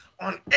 on